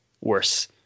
worse